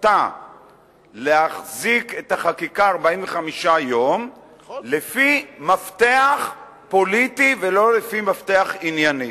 זכותה להחזיק את החקיקה 45 יום לפי מפתח פוליטי ולא לפי מפתח ענייני.